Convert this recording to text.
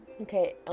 Okay